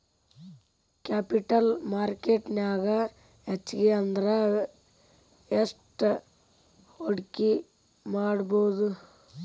Capital market ನ್ಯಾಗ್ ಹೆಚ್ಗಿ ಅಂದ್ರ ಯೆಸ್ಟ್ ಹೂಡ್ಕಿಮಾಡ್ಬೊದು?